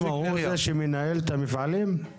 הוא זה שמנהל את המפעלים?